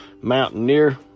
mountaineer